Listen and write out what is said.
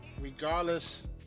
regardless